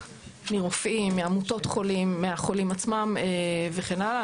מרופאים, מעמותות חולים, מהחולים עצמם וכן הלאה.